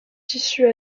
tissus